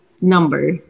number